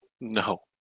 No